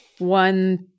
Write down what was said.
one